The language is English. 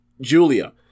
Julia